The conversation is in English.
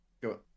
go